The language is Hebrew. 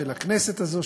של הכנסת הזאת,